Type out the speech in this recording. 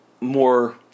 more